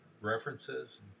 references